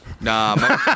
Nah